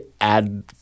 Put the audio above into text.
add